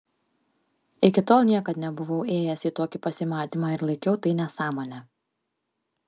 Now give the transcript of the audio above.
iki tol niekad nebuvau ėjęs į tokį pasimatymą ir laikiau tai nesąmone